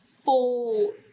full